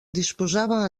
disposava